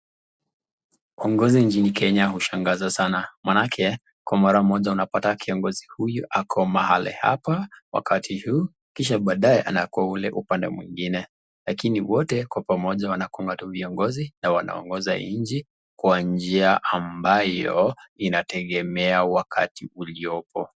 Uongozi nchini Kenya hushangaza sana maanake kwa mara moja unapata kiongozi huyu ako mahali hapa, wakati huu kisha baadae anakua kule upande mwingine, lakini wote kwa pamoja wanakuanga tu viongozi na wanaongoza hii nchi kwa njia ambayo inategemea wakati uliopo.